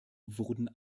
wurden